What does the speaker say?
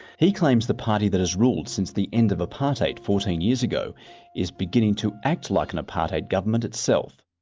he claims the party that has ruled since the end of apartheid fourteen years ago is beginning to act like an apartheid government itself.